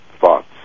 thoughts